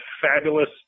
fabulous